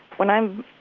when i'm